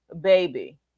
baby